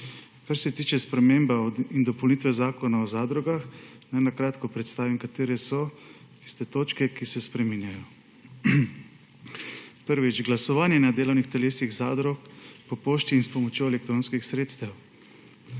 Kar se tiče spremembe in dopolnitve Zakona o zadrugah, naj na kratko predstavim, katere so tiste točke, ki se spreminjajo. Prvič. Glasovanje na delovnih telesih zadrug po pošti in s pomočjo elektronskih sredstev,